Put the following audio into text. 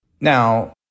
Now